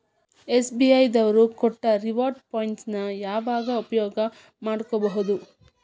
SBI ದವ್ರು ಕೊಟ್ಟ reward points ನ ಯಾವಾಗ ಉಪಯೋಗ ಮಾಡ್ಕೋಬಹುದು?